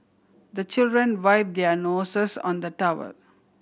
the children wipe their noses on the towel